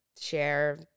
share